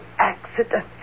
accident